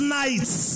nights